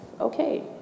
okay